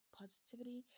positivity